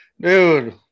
Dude